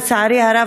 לצערי הרב,